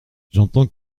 j’entends